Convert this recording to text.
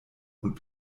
und